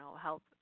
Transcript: help